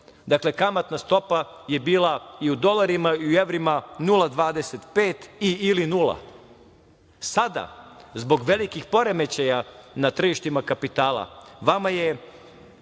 Dakle, kamatna stopa je bila i u dolarima i u evrima 0,25 ili 0, sada zbog velikih poremećaja na tržištima kapitala, vama je